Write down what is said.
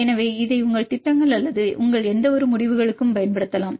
எனவே இதை உங்கள் திட்டங்கள் அல்லது உங்கள் எந்தவொரு முடிவுகளுக்கும் பயன்படுத்தலாம்